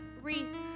Wreath